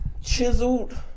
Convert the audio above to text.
chiseled